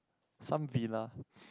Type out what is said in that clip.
some villa